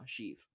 Sheev